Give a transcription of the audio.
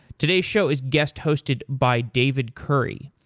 today's shows guest hosted by david curry.